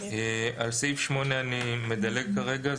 על סעיף 8 אני מדלג כרגע.